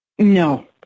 No